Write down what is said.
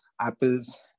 Apple's